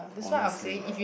honestly